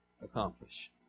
accomplish